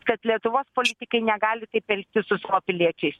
kad lietuvos politikai negali taip elgtis su savo piliečiais